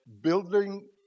building